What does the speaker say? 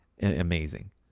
amazing